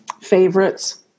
favorites